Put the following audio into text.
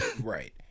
Right